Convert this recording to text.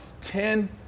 ten